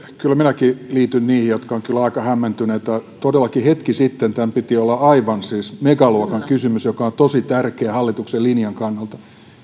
kyllä minäkin liityn niihin jotka ovat kyllä aika hämmentyneitä todellakin hetki sitten tämän piti olla aivan siis megaluokan kysymys joka on tosi tärkeä hallituksen linjan kannalta